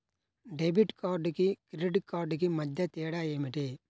Debit కార్డుకు credit కార్డుకు మధ్య తేడా ఏమిటీ?